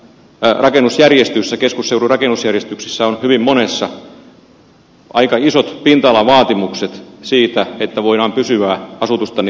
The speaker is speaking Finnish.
pirkanmaan keskusseudun rakennusjärjestyksessä on hyvin monessa paikassa aika isot pinta alavaatimukset siitä että voidaan pysyvää asutusta niille rakentaa